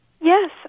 Yes